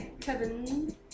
kevin